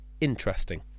interesting